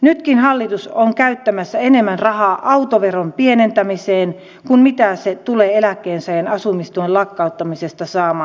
nytkin hallitus on käyttämässä enemmän rahaa autoveron pienentämiseen kuin mitä se tulee eläkkeensaajien asumistuen lakkauttamisesta saamaan